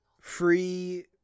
free